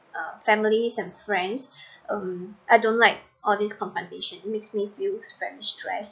uh families and friends um I don't like all these confrontation makes me feels very stressed